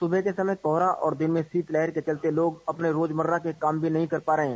सुबह के समय कोहरा और दिन में शीतलहर के चलते लोग अपने रोजमर्रा के काम भी नहीं कर पा रहे हैं